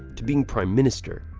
to being prime minister.